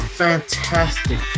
fantastic